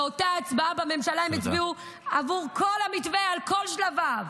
באותה הצבעה בממשלה הם הצביעו עבור כל המתווה על כל שלביו.